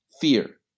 Fear